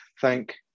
Thank